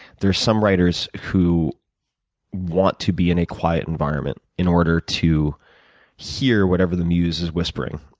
there's some writers who want to be in a quiet environment in order to hear whatever the muse is whispering.